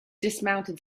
dismounted